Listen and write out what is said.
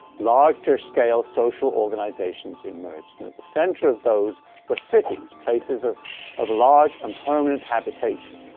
larger scale social organizations emerged and at the center of those were cities, places of of large and permanent habitation.